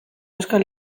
euskal